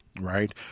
right